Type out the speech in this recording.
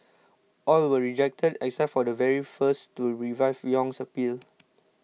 all were rejected except for the very first to revive Yong's appeal